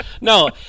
no